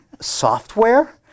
software